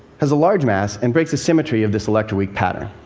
has a large mass and breaks the symmetry of this electroweak pattern.